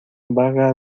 vaga